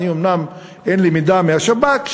אומנם אין לי מידע מהשב"כ,